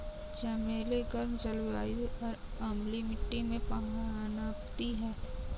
चमेली गर्म जलवायु और अम्लीय मिट्टी में पनपती है